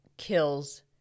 kills